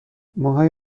موهای